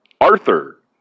Arthur